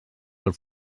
del